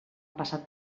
passat